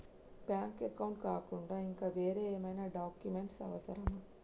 Bank account కాకుండా ఇంకా వేరే ఏమైనా డాక్యుమెంట్స్ అవసరమా?